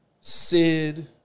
Sid